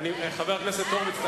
חבר הכנסת הורוביץ,